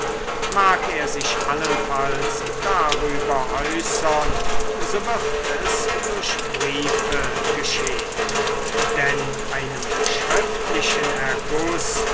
mag er sich allenfalls darüber äußern so wird es durch briefe geschehn denn einem schriftlichen